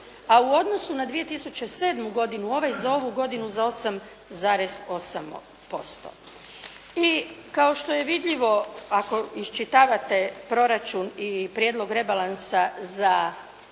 A u odnosu na 2007. godinu ovaj za ovu godinu za 8,8%. I kao što je vidljivo ako iščitavate proračun i prijedlog rebalansa za